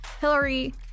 Hillary